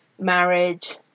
marriage